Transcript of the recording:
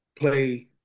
play